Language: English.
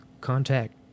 contact